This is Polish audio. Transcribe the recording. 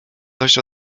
dość